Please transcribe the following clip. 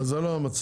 זה לא המצב.